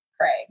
Craig